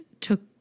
took